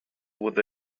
with